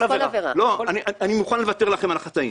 אני מוכן לוותר לכן על החטאים.